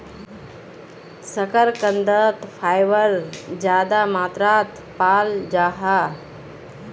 शकार्कंदोत फाइबर ज्यादा मात्रात पाल जाहा